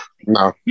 No